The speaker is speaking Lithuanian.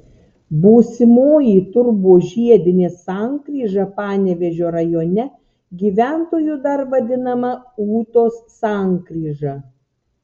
būsimoji turbožiedinė sankryža panevėžio rajone gyventojų dar vadinama ūtos sankryža